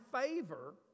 favor